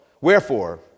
wherefore